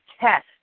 test